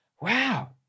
Wow